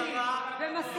אתם כל הזמן קוראים ומסיתים.